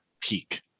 peak